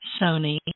Sony